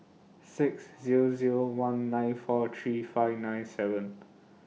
six Zero Zero one nine four three five nine seven